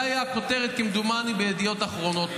זו הייתה הכותרת, כמדומני, בידיעות אחרונות.